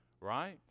right